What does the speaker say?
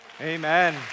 Amen